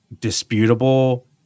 disputable